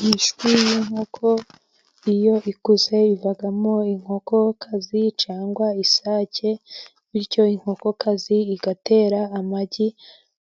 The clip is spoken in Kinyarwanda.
Imishwi y'inkoko iyo ikuze ivamo inkokokazi cyangwa isake, bityo inkokokazi igatera amagi,